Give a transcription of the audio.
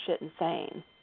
insane